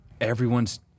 everyone's